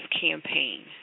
campaign